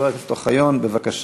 עברה ותחזור לדיון בוועדת העבודה,